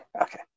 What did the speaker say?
Okay